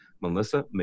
Melissa